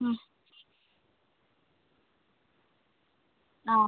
മ് ആ